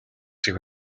шиг